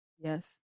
Yes